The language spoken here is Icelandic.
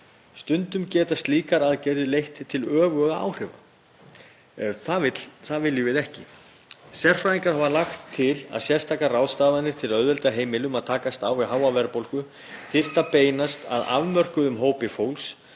Stundum geta slíkar aðgerðir leitt til öfugra áhrifa. Það viljum við ekki. Sérfræðingar hafa lagt til að sérstakar ráðstafanir til að auðvelda heimilum að takast á við háa verðbólgu þyrftu að beinast að afmörkuðum hópi fólks